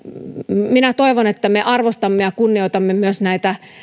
minä toivon että me arvostamme ja kunnioitamme myös näitä